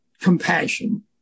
compassion